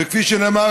וכפי שנאמר,